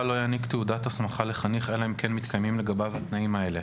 לא יעניק תעודת הסמכה לחניך אלא אם כן מתקיימים לגביו התנאים האלה: